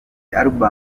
album